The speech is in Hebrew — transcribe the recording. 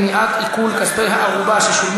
מניעת עיקול כספי ערובה שהשתלמו